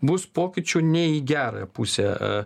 bus pokyčių ne į gerąją pusę